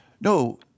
no